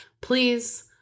please